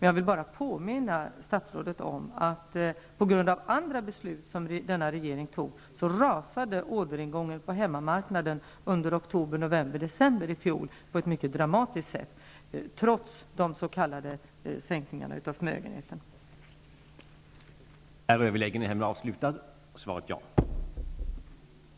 Jag vill bara påminna statsrådet om att på grund av andra beslut som den nuvarande regeringen har fattat rasade orderingången på hemmamarknaden under oktober, november och december i fjol på ett mycket dramatiskt sätt, trots sänkningen av förmögenhetsskatten.